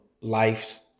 life's